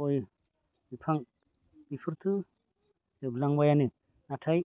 गय बिफां बेफोरथ' जोबलांबायानो नाथाय